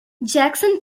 jackson